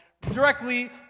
Directly